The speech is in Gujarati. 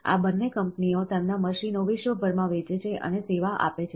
આ બંને કંપનીઓ તેમના મશીનો વિશ્વભરમાં વેચે છે અને સેવા આપે છે